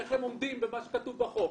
איך הם עומדים במה שכתוב בחוק.